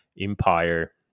Empire